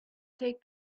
take